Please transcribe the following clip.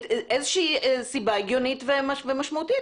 איזה שהיא סיבה הגיונית ומשמעותית.